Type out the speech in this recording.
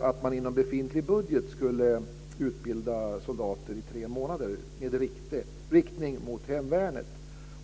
om att man inom befintlig budget skulle utbilda soldater i tre månader med inriktning mot hemvärnet.